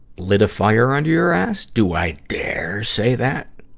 lit a fire under your ass. do i dare say that?